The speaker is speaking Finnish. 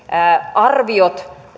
arviot